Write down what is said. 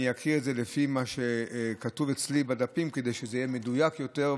אני אקריא את זה לפי מה שכתוב אצלי בדפים כדי שזה יהיה מדויק יותר,